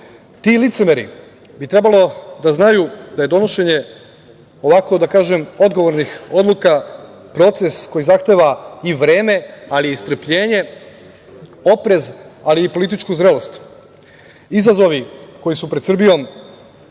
licemeri bi trebalo da znaju da je donošenje ovako, da kažem, odgovornih odluka proces koji zahteva i vreme, ali i strpljenje, oprez, ali i političku zrelost. Izazovi koji su pred Srbijom